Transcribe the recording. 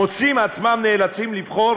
מוצאים עצמם נאלצים לבחור